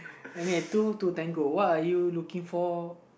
what are you looking for